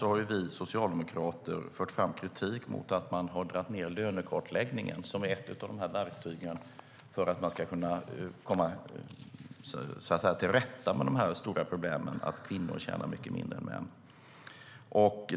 Vi socialdemokrater har fört fram kritik mot att lönekartläggningen har minskat i omfattning. Det är ett av verktygen för att komma till rätta med de stora problemen med att kvinnor tjänar mindre än män.